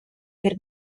per